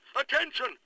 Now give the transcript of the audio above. Attention